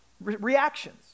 reactions